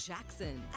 Jackson